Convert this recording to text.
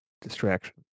distraction